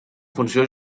funció